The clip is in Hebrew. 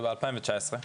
ב-2019?